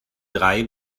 drei